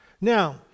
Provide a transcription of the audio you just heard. Now